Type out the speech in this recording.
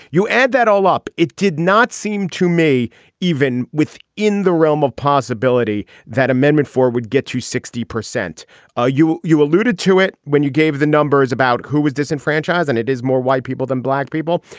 you add that all up. it did not seem to me even with in the realm of possibility that amendment four would get to sixty percent are ah you. you alluded to it when you gave the numbers about who was disenfranchised and it is more white people than black people.